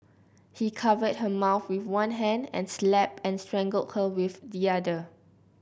he covered her mouth with one hand and slapped and strangled her with the other